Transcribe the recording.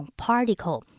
particle